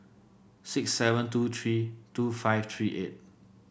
six seven two three two five three eight